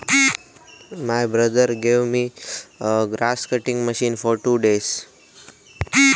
दादान माका दोन दिवसांसाठी चार कापुची मशीन दिलली आसा